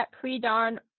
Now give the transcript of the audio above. pre-dawn